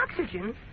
oxygen